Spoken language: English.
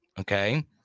okay